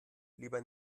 lieber